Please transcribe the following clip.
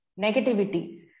negativity